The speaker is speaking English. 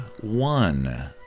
One